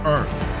Earth